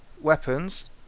Weapons